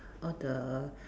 all the